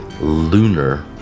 lunar